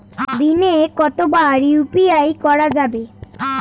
দিনে কতবার ইউ.পি.আই করা যাবে?